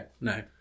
no